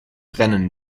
brennen